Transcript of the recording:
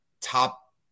top